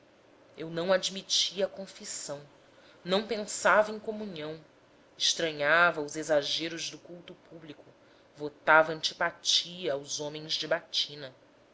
eu não admitia a confissão não pensava em comunhão estranhava os exageros do culto público votava antipatia aos homens de batina